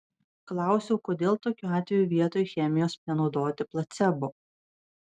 klausiau kodėl tokiu atveju vietoj chemijos nenaudoti placebo